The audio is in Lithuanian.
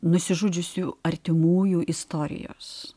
nusižudžiusių artimųjų istorijos